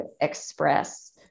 express